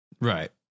Right